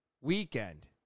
weekend